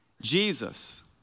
Jesus